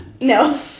No